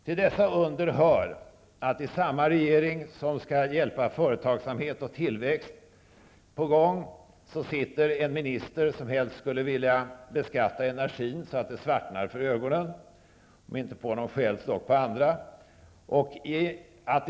Till dessa under hör att det i samma regering som skall hjälpa företagsamhet och tillväxt i gång, sitter en minister som helst skulle vilja beskatta energin så att det svartnar för ögonen, om inte på honom själv så i alla fall på andra.